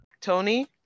Tony